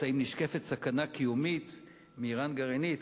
האם נשקפת סכנה קיומית מאירן גרעינית,